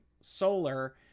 solar